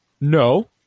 no